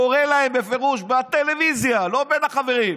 קורא להם בפירוש, בטלוויזיה, לא בין החברים,